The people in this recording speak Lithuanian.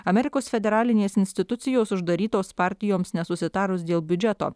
amerikos federalinės institucijos uždarytos partijoms nesusitarus dėl biudžeto